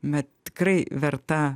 bet tikrai verta